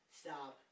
stop